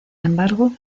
embargo